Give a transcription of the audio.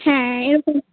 হ্যাঁ এরকম